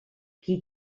qui